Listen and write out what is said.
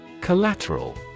Collateral